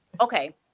Okay